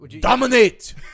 Dominate